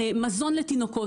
מזון לתינוקות.